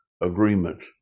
agreement